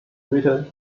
written